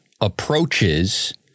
approaches